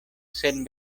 sen